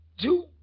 Two